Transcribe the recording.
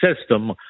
system